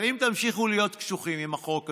אבל אם תמשיכו להיות קשוחים עם החוק הזה,